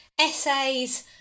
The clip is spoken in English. essays